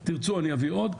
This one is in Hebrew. אם תרצו אני אביא עוד,